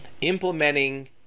implementing